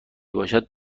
باشد